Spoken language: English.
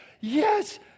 Yes